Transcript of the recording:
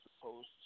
supposed